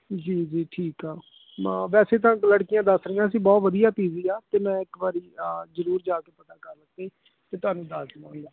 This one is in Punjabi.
ਜੀ ਜੀ ਠੀਕ ਆ ਹਾਂ ਵੈਸੇ ਤਾਂ ਲੜਕੀਆਂ ਦੱਸ ਰਹੀਆਂ ਸੀ ਬਹੁਤ ਵਧੀਆ ਪੀ ਜੀ ਆ ਤਾਂ ਮੈਂ ਇੱਕ ਵਾਰ ਜਾ ਜ਼ਰੂਰ ਜਾ ਕੇ ਪਤਾ ਕਰਕੇ ਫਿਰ ਤੁਹਾਨੂੰ ਦੱਸ ਦਊਂਗਾ